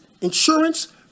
insurance